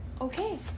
Okay